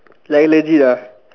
like legit ah